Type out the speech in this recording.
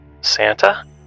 Santa